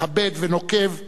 מכבד ונוקב,